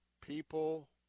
People